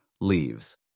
leaves